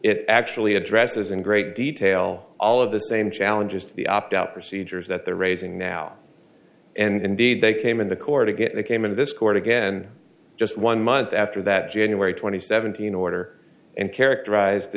it actually addresses in great detail all of the same challenges to the opt out procedures that they're raising now and indeed they came in the court to get that came in to this court again just one month after that january twenty seventh in order and characterized the